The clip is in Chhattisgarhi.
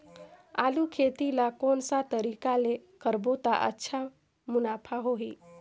आलू खेती ला कोन सा तरीका ले करबो त अच्छा मुनाफा होही?